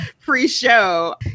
pre-show